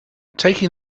taking